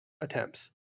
attempts